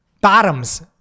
bottoms